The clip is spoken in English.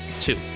Two